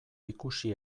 ikusi